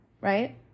right